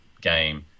game